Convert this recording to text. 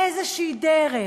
באיזושהי דרך,